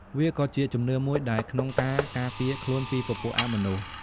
វាក៏ជាជំនឿមួយដែរក្នុងការការពារខ្លួនពីពពួកអមនុស្ស។